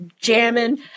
jamming